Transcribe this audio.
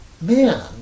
man